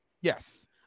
Yes